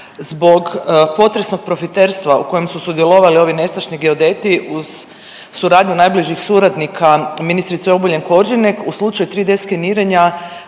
zbog potresnog profiterstva u kojem su sudjelovali ovi nestašni geodeti uz suradnju najbližih suradnika ministrice Obuljen Koržinek u slučaju 3D skeniranja